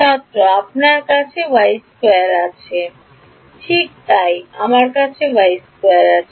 ছাত্র আপনার কাছে y2 আছে ঠিক তাই আমার কাছে y2 আছে